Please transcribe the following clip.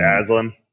Aslan